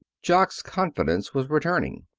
jock's confidence was returning.